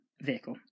vehicle